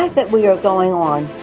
that we are going on.